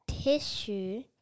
Tissue